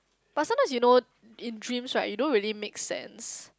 but sometimes you know in dreams right you don't really make sense